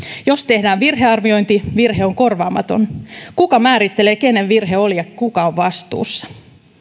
jos tehdään virhearviointi virhe on korvaamaton kuka määrittelee kenen virhe oli ja kuka on vastuussa